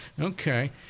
Okay